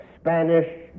Spanish